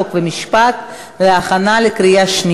חוק ומשפט נתקבלה.